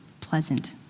pleasant